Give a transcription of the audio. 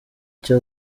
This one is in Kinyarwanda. icyo